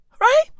right